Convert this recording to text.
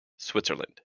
switzerland